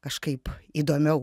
kažkaip įdomiau